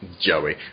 joey